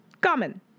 common